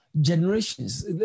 Generations